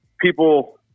people